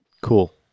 Cool